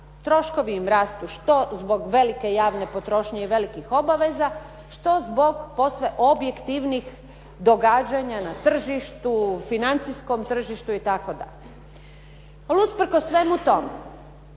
Troškovi im rastu što zbog velike javne potrošnje i velikih obaveza, što zbog posve objektivnih događanja na tržištu, financijskom tržištu itd. Ali usprkos svemu tome